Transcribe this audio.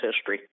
history